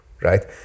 right